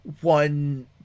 One